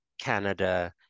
Canada